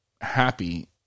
happy